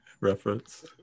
reference